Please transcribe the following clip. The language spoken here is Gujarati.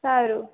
સારું